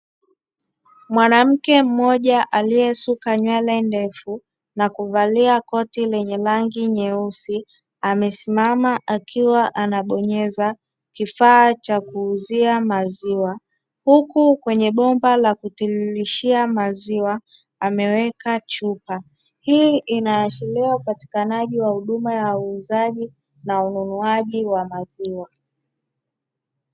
Mwanamke mmoja aliyesuka nywele ndefu na kuvalia koti lenye rangi nyeusi, amesimama akiwa anabonyeza kifaa cha kuuzia maziwa, huku kwenye bomba la kutimulishia maziwa, ameweka chupa. Hii inaashiria uzoefu katika huduma ya uuzaji na ununuaji wa maziwa.